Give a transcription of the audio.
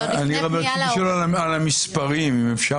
זה עוד לפני פנייה --- אני שואל על המספרים.